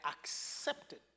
accepted